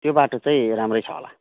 त्यो बाटो चाहिँ राम्रै छ होला